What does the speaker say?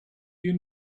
you